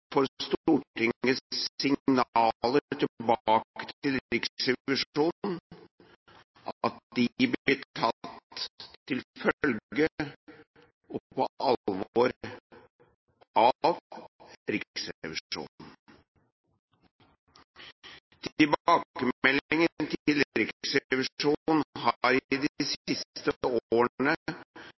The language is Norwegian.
også Stortingets signaler tilbake til Riksrevisjonen blir tatt til følge og på alvor av Riksrevisjonen. Tilbakemeldingene til Riksrevisjonen har de